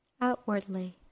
outwardly